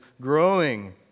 growing